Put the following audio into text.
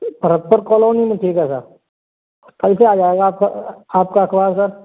proper colony में किका घर कल से आ जाएगा आपका आपका अखबार सर